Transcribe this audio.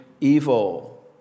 evil